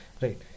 Right